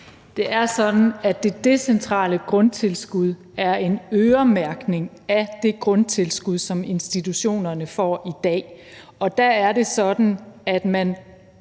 Det er sådan, at det decentrale grundtilskud er en øremærkning af det grundtilskud, som institutionerne får i dag. Der er det sådan, at man